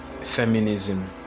feminism